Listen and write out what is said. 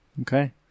Okay